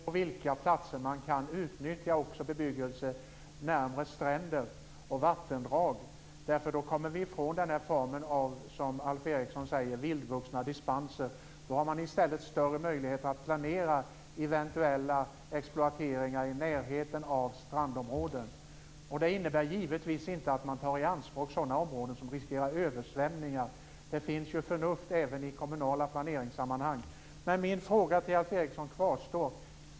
Fru talman! Vi har sagt att vi i stället vill att kommunerna ska få en större möjlighet att bedöma vilka platser man kan utnyttja för bebyggelse närmare stränder och vattendrag. Då kommer vi ifrån det som Alf Eriksson kallar vildvuxna dispenser. Då har man i stället större möjligheter att planera eventuella exploateringar i närheten av strandområden. Det innebär givetvis inte att man tar i anspråk sådana områden som riskerar att översvämmas. Det finns ju förnuft även i kommunala planeringssammanhang. Min fråga till Alf Eriksson kvarstår.